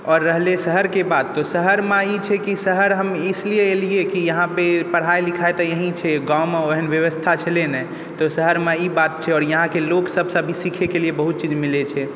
आओर रहलै शहरके बात तऽ शहरमे ई छै कि शहर हम इसलिए एलिए कि यहाँपर पढ़ाइ लिखाइ यहीँ छै गाँवमे ओहन बेबस्था छलै नहि शहरमे ई बात छै आओर यहाँके लोक सबसँ सिखै लेल बहुत चीज मिलै छै